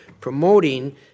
promoting